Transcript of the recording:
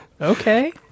Okay